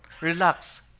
Relax